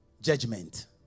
judgment